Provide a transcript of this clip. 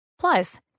Plus